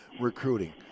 recruiting